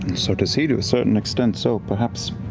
so does he, to a certain extent, so perhaps.